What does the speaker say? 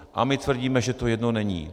A my tvrdíme, že to jedno není.